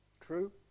True